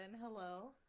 Hello